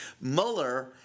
Mueller